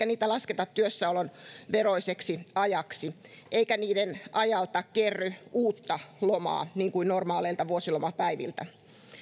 niitä lasketa työssäolon veroiseksi ajaksi eikä niiden ajalta kerry uutta lomaa niin kuin normaaleilta vuosilomapäiviltä